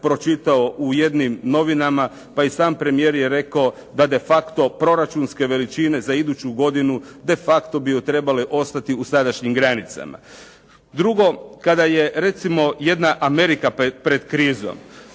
pročitao u jednim novinama, pa i sam premijer je rekao da de facto proračunske veličine za iduću godinu, de facto bi trebale ostati u sadašnjim granicama. Drugo, kada je recimo jedna Amerika pred krizom